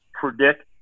predict